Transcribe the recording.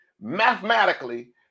mathematically